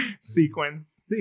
sequence